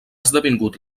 esdevingut